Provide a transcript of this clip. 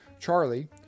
Charlie